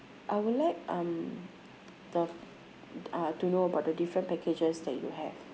I would like um the uh to know about the different packages that you have